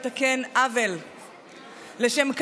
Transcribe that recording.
ולתקן את העיוותים שנפלו בתיקון מפת הטבות המס לעיר עכו מלפני שנתיים.